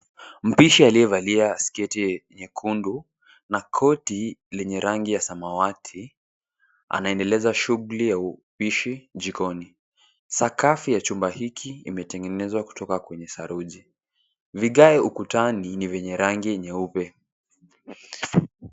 Mpishi aliyevalia sketi nyekundu na koti lenye rangi ya samawati anaedeleza shughuli ya upishi jikoni. Sakafu ya chumba hiki imetegenezwa kutoka kwenye saruji, vigae ukutani ni venye rangi nyeupe.